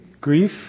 grief